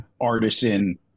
artisan